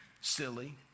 silly